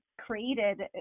created